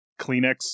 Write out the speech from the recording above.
Kleenex